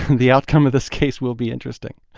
the outcome of this case will be interesting.